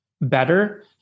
better